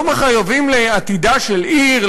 לא מחויבים לעתידה של עיר,